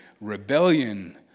rebellion